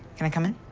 can i come in?